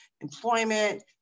employment